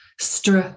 Str